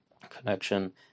connection